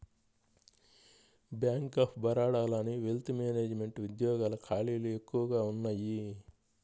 bank of బరోడాలోని wealth management ఉద్యోగాల ఖాళీలు ఎక్కువగా ఉన్నయ్యి